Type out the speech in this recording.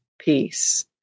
peace